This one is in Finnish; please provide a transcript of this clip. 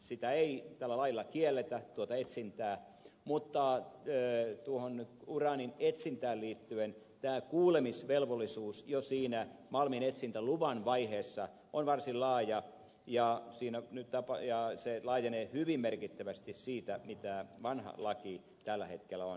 sitä etsintää ei tällä lailla kielletä mutta tuohon uraanin etsintään liittyen tämä kuulemisvelvollisuus jo siinä malminetsintäluvan vaiheessa on varsin laaja ja se laajenee hyvin merkittävästi siitä mitä vanha laki tällä hetkellä on